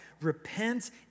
Repent